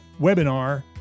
webinar